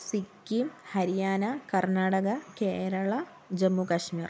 Sikkim Haryana Karnataka Kerala Jammu Kashmir